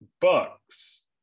Bucks